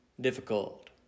difficult